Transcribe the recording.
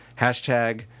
Hashtag